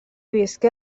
visqué